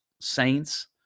saints